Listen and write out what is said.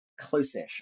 close-ish